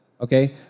Okay